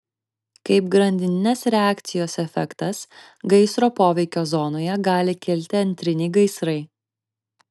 kaip grandininės reakcijos efektas gaisro poveikio zonoje gali kilti antriniai gaisrai